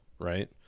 right